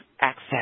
access